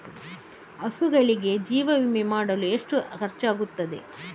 ಹಸುಗಳಿಗೆ ಜೀವ ವಿಮೆ ಮಾಡಲು ಎಷ್ಟು ಖರ್ಚಾಗುತ್ತದೆ?